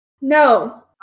No